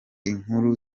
inkuru